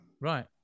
Right